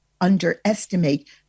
underestimate